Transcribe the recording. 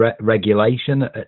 regulation